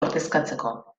ordezkatzeko